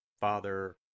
Father